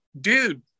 dude